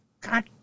God